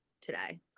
today